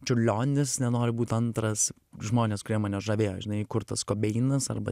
čiurlionis nenoriu būt antras žmonės kurie mane žavėjo žinai kurtas kobeinas arba